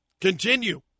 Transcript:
continue